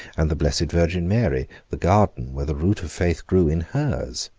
and the blessed virgin mary, the garden where the root of faith grew, in hers.